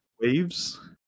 waves